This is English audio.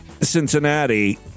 Cincinnati